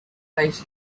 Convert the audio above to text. place